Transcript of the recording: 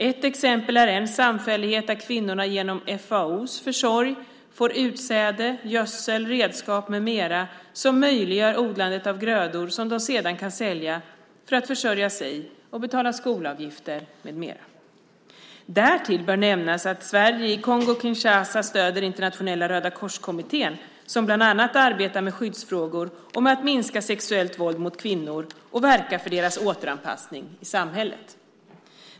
Ett exempel är en samfällighet där kvinnorna genom FAO:s, Food and Agriculture Organization, försorg får utsäde, gödsel, redskap med mera som möjliggör odlandet av grödor som de sedan kan sälja för att försörja sig och betala skolavgifter med mera. Därtill bör nämnas att Sverige i Kongo-Kinshasa stöder Internationella rödakorskommittén som bland annat arbetar med skyddsfrågor och med att minska sexuellt våld mot kvinnor och verka för deras återanpassning i samhället.